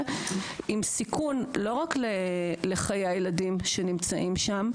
עם סיכון לא רק לחיי הילדים שנמצאים שם,